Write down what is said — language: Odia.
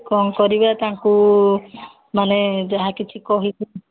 କ'ଣ କରିବା ତାଙ୍କୁ ମାନେ ଯାହା କିଛି କହି